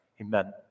amen